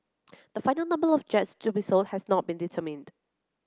the final number of jets to be sold has not been determined